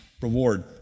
reward